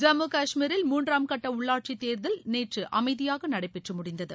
ஜம்மு கஷ்மீரில் மூன்றாம் கட்ட உள்ளாட்சித் தேர்தல் நேற்று அனமதியாக நடைபெற்று முடிந்தது